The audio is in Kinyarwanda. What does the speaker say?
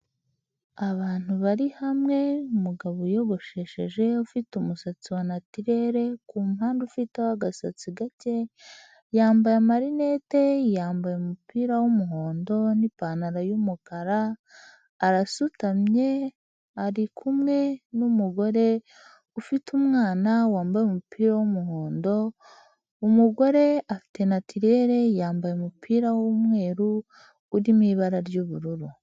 Abantu bari hamwe umugabo wiyogoshesheje ufite umusatsi wa natirere ku mupande ufite agasatsi gake, yambaye amarinete, yambaye umupira wumuhondo n'ipantaro yumukara arasutamye, arikumwe n'umugore ufite umwana wambaye umupira w'umuhondo, umugore afite natirere yambaye umupira w'umweru uri mu ibara ry'ubururu.